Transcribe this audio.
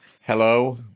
Hello